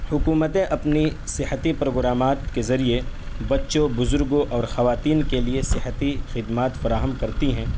حکومتیں اپنی صحتی پروگرامات کے ذریعے بچوں بزرگوں اور خواتین کے لیے صحتی خدمات فراہم کرتی ہیں